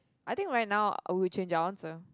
I think right now I would change your answer